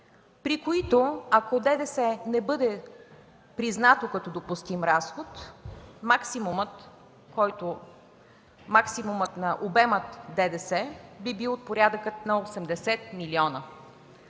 при които, ако ДДС не бъде признат като допустим разход, максимумът на обема ДДС би бил от порядъка на 80 милиона.